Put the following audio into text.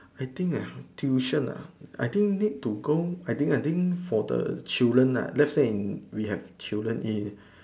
I think ah tuition ah I think need to go I think I think for the children nah let's say if we have children A